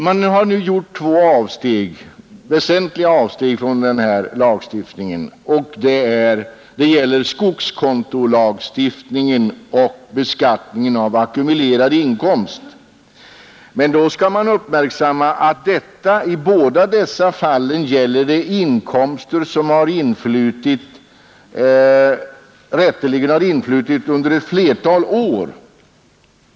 Man har nu gjort två väsentliga avsteg från denna lagstiftning, nämligen skogskontolagstiftningen och beskattningen av ackumulerad inkomst. Då skall man emellertid uppmärksamma att det i båda dessa fall gäller inkomster som rätteligen har influtit under ett flertal år.